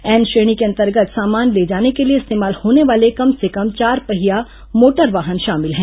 N श्रेणी के अंतर्गत सामान ले जाने के लिए इस्तेमाल होने वाले कम से कम चार पहिया मोटर वाहन शामिल है